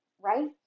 right